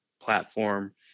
platform